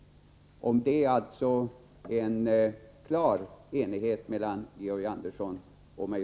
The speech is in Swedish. Om detta råder alltså klar enighet mellan Georg Andersson och mig.